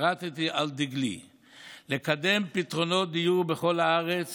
חרתי על דגלי לקדם פתרונות דיור בכל הארץ